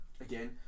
again